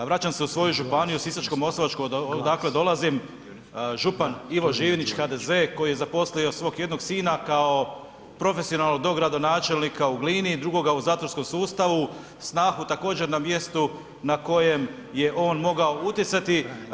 Vraćam se u svoju županiju Sisačko-moslavačku od kuda dolazim, župan Ivo Žinić HDZ koji je zaposlio svog jednog sina kao profesionalnog dogradonačelnika u Glini, drugoga u zatvorskom sustavu, snagu također na mjestu na kojem je on mogao utjecati.